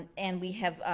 and we have.